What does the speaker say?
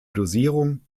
dosierung